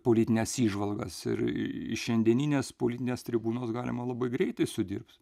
politines įžvalgas ir iš šiandieninės politinės tribūnos galima labai greitai sudirbs